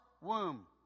womb